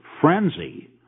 frenzy